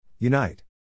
Unite